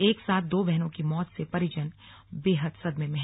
एक साथ दो बहनों की मौत से परिजन बेहद सदमे में हैं